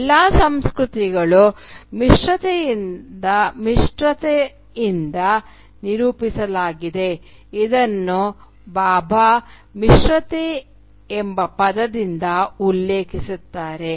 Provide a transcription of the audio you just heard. ಎಲ್ಲಾ ಸಂಸ್ಕೃತಿಗಳು ಮಿಶ್ರತೆಯಿಂದ ನಿರೂಪಿಸಲಾಗಿದೆ ಇದನ್ನು ಭಾಭಾ ಮಿಶ್ರತೆ ಪದದಿಂದ ಉಲ್ಲೇಖಿಸುತ್ತಾರೆ